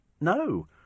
no